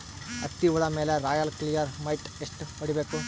ಹತ್ತಿ ಹುಳ ಮೇಲೆ ರಾಯಲ್ ಕ್ಲಿಯರ್ ಮೈಟ್ ಎಷ್ಟ ಹೊಡಿಬೇಕು?